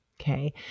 Okay